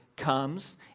comes